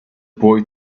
boy